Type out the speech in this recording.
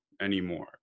anymore